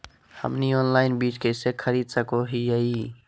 हमनी ऑनलाइन बीज कइसे खरीद सको हीयइ?